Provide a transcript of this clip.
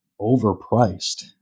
overpriced